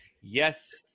Yes